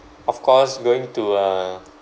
of course going to uh